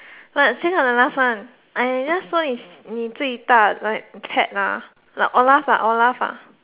but since I'm the last one I may just 你最大 like cat ah like i will laugh lah i will laugh lah